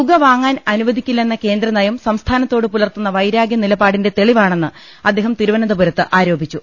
തുക വാങ്ങാൻ അനു വദിക്കില്ലെന്ന കേന്ദ്ര നയം സംസ്ഥാനത്തോട് പുലർത്തുന്ന വൈരാഗ്യനിലപാ ടിന്റെ തെളിവാണെന്ന് അദ്ദേഹം തിരുവനന്തപുരത്ത് ആരോപിച്ചു